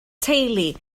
teulu